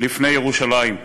לפני ירושלים".